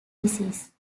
disease